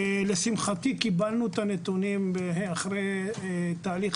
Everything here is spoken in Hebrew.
ולשמחתי קיבלנו את הנתונים אחרי תהליך